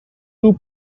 two